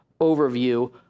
overview